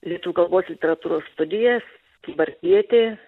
lietuvių kalbos literatūros studijas kybartietė